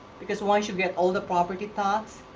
because why should get all the property tax.